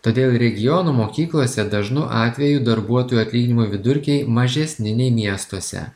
todėl regionų mokyklose dažnu atveju darbuotojų atlyginimų vidurkiai mažesni nei miestuose